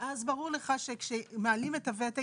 ואז ברור לך שכמעלים את הוותק,